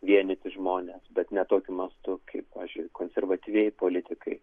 vienyti žmones bet ne tokiu mastu kaip pavyzdžiui konservatyvieji politikai